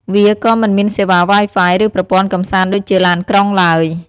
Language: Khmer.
វាក៏មិនមានសេវា Wi-Fi ឬប្រព័ន្ធកម្សាន្តដូចជាឡានក្រុងឡើយ។